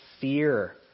fear